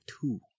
two